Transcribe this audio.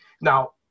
Now